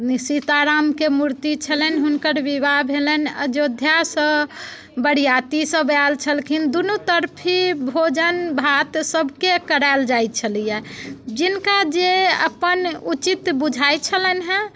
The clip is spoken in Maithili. सीता रामके मूर्ति छलनि हुनकर विवाह भेलनि अयोध्यासँ बरिआती सब आयल छलखिन दुनू तरफी भोजन भात सबकेँ करायल जाइत छलैया जिनका जे अपन उचित बुझाइत छलनि हँ